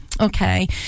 okay